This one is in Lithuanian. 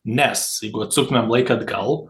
nes jeigu atsuktumėm laiką atgal